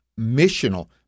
missional